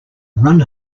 run